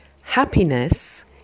Happiness